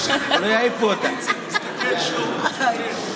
לתעד אותם ככה.